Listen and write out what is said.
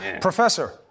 Professor